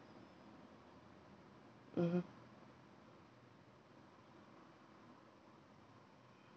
mmhmm